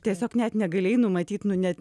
tiesiog net negalėjai numatyt nu net